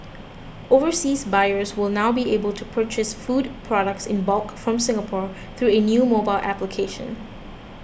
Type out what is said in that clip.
overseas buyers will now be able to purchase food products in bulk from Singapore through a new mobile application